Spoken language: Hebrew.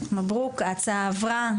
הצבעה אושר מברוק, ההצעה עברה.